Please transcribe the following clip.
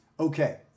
Okay